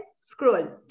scroll